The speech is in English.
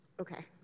Okay